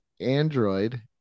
Android